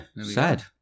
sad